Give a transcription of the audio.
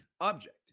object